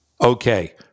Okay